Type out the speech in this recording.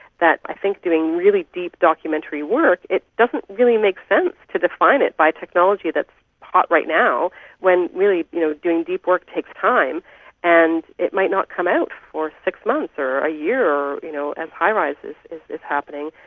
that i think doing really deep documentary work, it doesn't really make sense to define it by technology that is hot right now when really you know doing deep work takes time and it might not come out for six months or a year, or, you know as highrise is is happening,